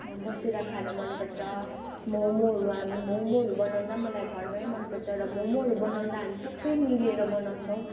बसेर खान मनपर्छ मोमोहरू हामी मोमोहरू बनाउँदा मलाई घरमै मनपर्छ र मोमोहरू बनाउँदा हामी सबै मिलेर बनाउछौँ